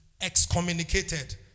Excommunicated